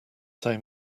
say